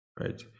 Right